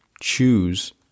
choose